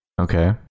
Okay